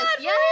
Yes